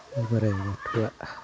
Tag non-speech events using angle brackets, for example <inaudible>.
<unintelligible>